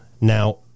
Now